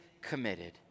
committed